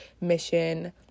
mission